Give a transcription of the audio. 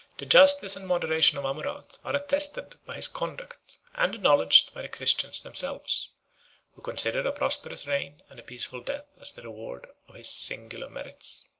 the justice and moderation of amurath are attested by his conduct, and acknowledged by the christians themselves who consider a prosperous reign and a peaceful death as the reward of his singular merits.